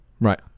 right